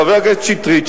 חבר הכנסת שטרית,